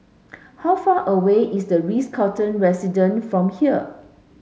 how far away is The Ritz Carlton Residence from here